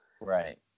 right